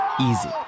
Easy